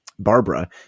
barbara